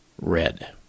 Red